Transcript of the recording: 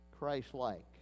christ-like